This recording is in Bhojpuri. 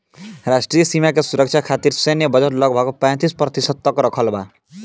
राष्ट्रीय सीमा के सुरक्षा खतिर सैन्य बजट लगभग पैंतीस प्रतिशत तक रखल बा